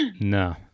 no